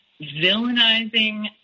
villainizing